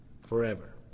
forever